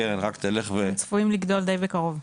הקרן רק תלך ו --- הם צפויים לגדול די בקרוב.